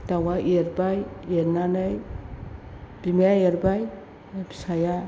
दाउआ एरबाय एरनानै बिमाया एरबाय फिसाया